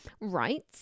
right